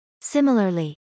Similarly